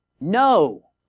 no